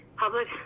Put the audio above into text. public